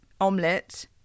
omelette